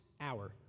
hour